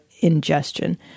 ingestion